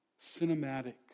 cinematic